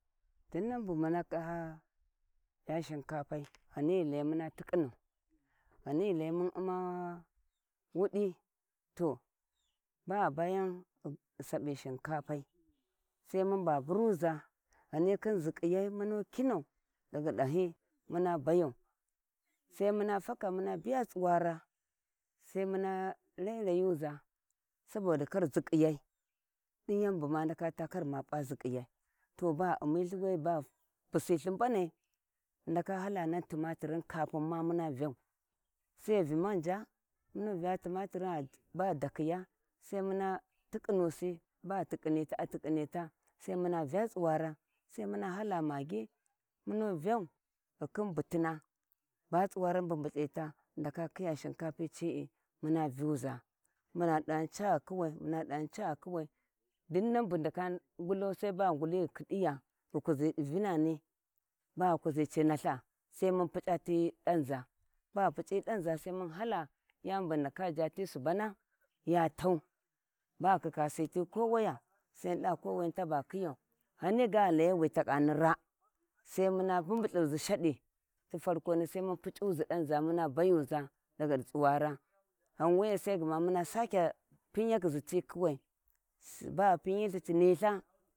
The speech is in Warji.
Dinnan mana vga shnkapai sai muna tiƙinau ghani ghi lauyi um uma wudi to, ba g hi bayan ghi saɓi shinkapai sai mun ba buruza ghani khin ziƙiyar sai munkinau ghi dahi muna bayau, saimuna faka muna vya tsuwara sai muna rairagaza saboda koda ziƙiyi dinya buma ndaka tau kar ma p`azikiyai, to ba ghi umi lhi we ba ghu busichi mbani ghi ndaka hala nan timatiri kafinma muna vyau, sai hi vyi manji muna vya timatirin baghi dakiya sai muna tikkinusi baghi tikkiniya sa muna vya tsuwara sai muna hala maggi, muna vyau khi butina ba tsuwari mbumbulhta ghi ndaka khiya shinkapi ci`i muna vyaza muna dighan cagha kawai muna dighan caghan cagha kawai dinna bu ndaka ngulau sai baghu ngli ghi kidiya, ghu kuzi di vinani baghi kuzi ci nalh sai mun puc`a ti danza baghu puc`i danza sai mun hala yani bug hi ndaka ja ti subana ya tau ba ghu kakasiti kowayo sai mundava kowini taba ki gau ghani ghi layi takkani raa sai muna mbumbu lha shadi ti parkona sai muna pac`uzi dauzi shadi muna bayuza daga di tsuwara ghau wee sai muna sakya pinyaki ti kuwai baghi pinyi lth ci niltha.